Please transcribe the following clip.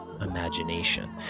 imagination